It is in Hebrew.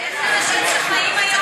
יש אנשים שחיים היום,